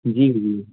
जी जी